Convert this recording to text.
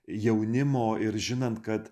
jaunimo ir žinant kad